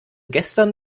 gestern